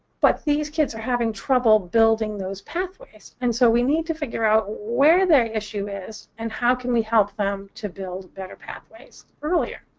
but these kids are having trouble building those pathways. and so we need to figure out where their issue is and, how can we help them to build better pathways earlier?